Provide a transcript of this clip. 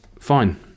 fine